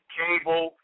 cable